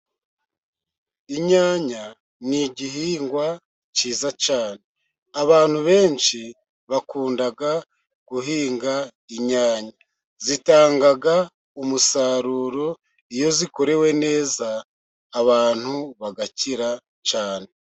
Inyanya ni igihingwa cyiza cyane, abantu benshi bakunda guhinga inyanya, zitanga umusaruro iyo zikorewe neza abantu bagakira cyane.